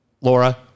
Laura